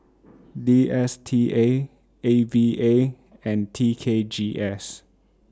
D S T A A V A and T K G S